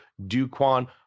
Duquan